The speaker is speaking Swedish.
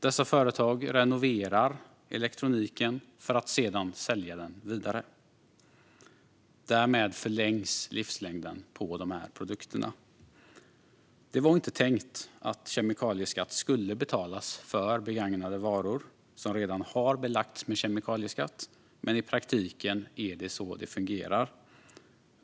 Dessa företag renoverar elektroniken för att sedan sälja den vidare. Därmed förlängs livslängden på dessa produkter. Det var inte tänkt att kemikalieskatt skulle betalas för begagnade varor som redan belagts med kemikalieskatt, men i praktiken är det så det fungerar.